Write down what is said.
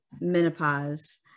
menopause